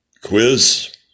quiz